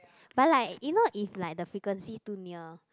but like you know if like the frequency too near